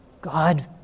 God